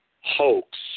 hoax